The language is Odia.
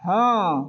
ହଁ